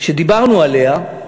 שדיברנו עליה,